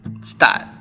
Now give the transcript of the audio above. start